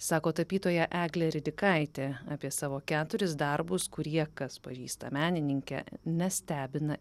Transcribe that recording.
sako tapytoja eglė ridikaitė apie savo keturis darbus kurie kas pažįsta menininkę nestebina